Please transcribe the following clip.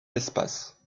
l’espace